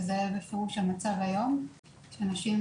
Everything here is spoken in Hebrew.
זה בפירוש המצב היום שנשים,